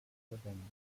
verwendet